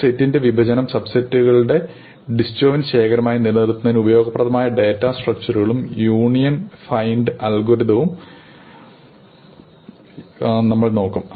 ഒരു സെറ്റിന്റെ വിഭജനം സബ്സെറ്റുകളുടെ ഡിജോയിറ്റ് ശേഖരമായി നിലനിർത്തുന്നതിന് ഉപയോഗപ്രദമായ ഡാറ്റ സ്ട്രക്ച്ചറുകളും യൂണിയൻ ഫൈൻഡ് അൽഗോരിതവും നമ്മൾ നോക്കും